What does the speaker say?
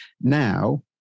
now